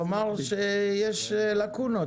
הוא אמר שיש לקונות.